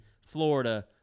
Florida